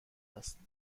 است